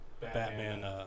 Batman